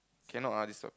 can not ah this one